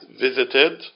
visited